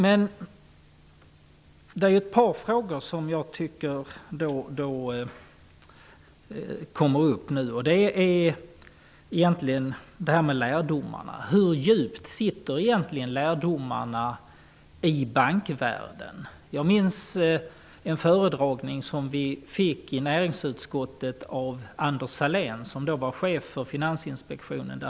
Men jag undrar: Hur djupt sitter egentligen lärdomarna i bankvärlden? Jag minns en föredragning i näringsutskottet av Finansinspektionen.